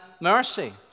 mercy